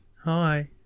Hi